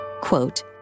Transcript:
quote